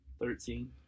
Thirteen